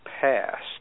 passed